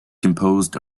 composed